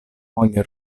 moglie